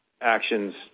actions